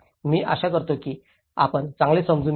मी आशा करतो की आपण चांगले समजून घ्याल